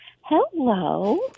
Hello